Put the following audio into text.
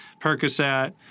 Percocet